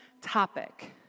topic